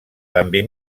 també